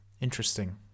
Interesting